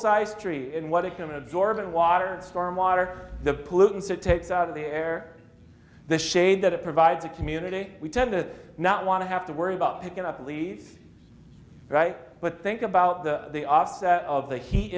size tree in what it can absorb and water and storm water the pollutants it takes out of the air the shade that it provides a community we tend to not want to have to worry about picking up leaves right but think about the of the heat